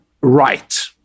right